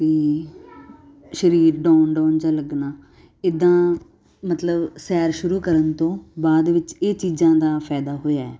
ਅਤੇ ਸਰੀਰ down down ਜਿਹਾ ਲੱਗਣਾ ਇੱਦਾਂ ਮਤਲਬ ਸੈਰ ਸ਼ੁਰੂ ਕਰਨ ਤੋਂ ਬਾਅਦ ਵਿੱਚ ਇਹ ਚੀਜ਼ਾਂ ਦਾ ਫਾਇਦਾ ਹੋਇਆ ਹੈ